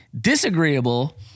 disagreeable